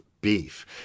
beef